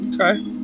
Okay